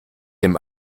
dem